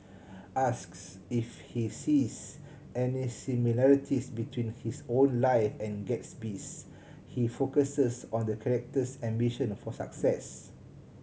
asks if he sees any similarities between his own life and Gatsby's he focuses on the character's ambition for success